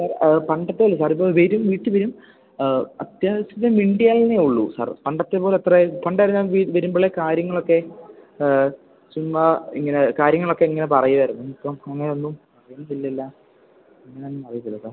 sir പണ്ടത്തെ അല്ലെ sir ഇത് വീട്ടിൽ നിന്ന് വീട്ടിൽ വരും അത്യാവശ്യത്തിന് മിണ്ടിയാൽ തന്നെ ഉള്ളൂ സാർ പണ്ടത്തെ പോലെ അത്ര പണ്ടെല്ലാം വരുമ്പോഴേ കാര്യങ്ങളൊക്കെ ചുമ്മാ ഇങ്ങന കാര്യങ്ങളൊക്കെ ഇങ്ങനെ പറയുമായിരുന്നു ഇപ്പം അങ്ങനെ ഒന്നും പറയുന്നില്ലല്ലോ എന്തിനാണ് അറിയത്തില്ല സർ